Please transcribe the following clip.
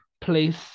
place